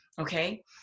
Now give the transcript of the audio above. okay